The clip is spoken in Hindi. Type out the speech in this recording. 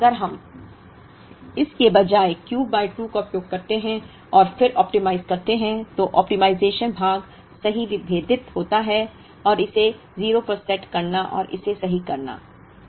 इसलिए अगर हम इस के बजाय Q बाय 2 का उपयोग करते हैं और फिर ऑप्टिमाइज़ करते हैं तो ऑप्टिमाइज़ेशन भाग सही विभेदित होता है और इसे 0 पर सेट करना और इसे सही करना